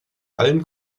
allen